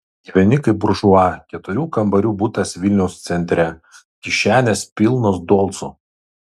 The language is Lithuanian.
gyveni kaip buržua keturių kambarių butas vilniaus centre kišenės pilnos dolcų